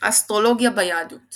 האסטרולוגיה ביהדות